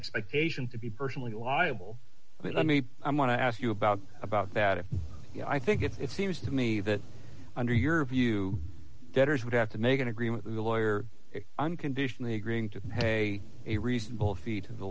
expectation to be personally liable let me i'm going to ask you about about that if i think it seems to me that under your view debtors would have to make an agreement with a lawyer unconditionally agreeing to pay a reasonable fee to the